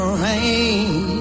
rain